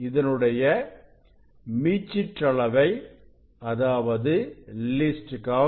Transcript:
இதனுடைய மீச்சிற்றளவை 0